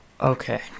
Okay